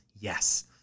Yes